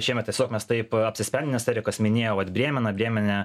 šiemet tiesiog mes taip apsisprendėm nes erikas minėjo vat brėmeną brėmene